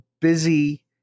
busy